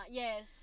yes